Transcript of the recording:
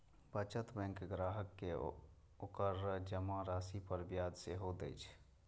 बचत बैंक ग्राहक कें ओकर जमा राशि पर ब्याज सेहो दए छै